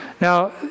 Now